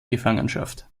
gefangenschaft